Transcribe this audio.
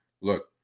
Look